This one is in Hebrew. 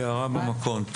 הערה במקום.